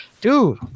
dude